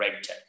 RegTech